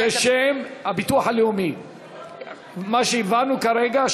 מה שהבהרנו כרגע,